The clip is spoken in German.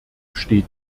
steht